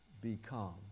become